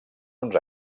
uns